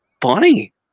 funny